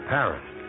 Paris